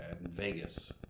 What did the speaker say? Vegas